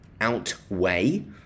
outweigh